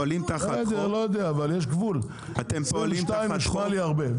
לא יודע, אבל יש גבול, 22 נשמע לי הרבה.